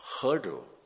hurdle